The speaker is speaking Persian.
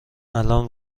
الان